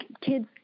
kids